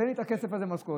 תן לי את הכסף הזה במשכורת.